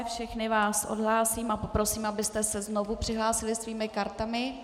Všechny odhlásím a poprosím, abyste se znovu přihlásili svými kartami.